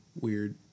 weird